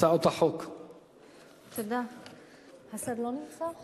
הצעת חוק זכויות התלמיד (תיקון,